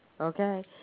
Okay